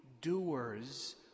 doers